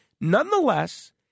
Nonetheless